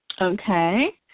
Okay